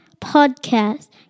podcast